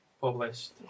published